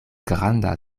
granda